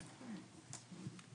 מה את באה אליי בטענות?